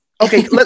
Okay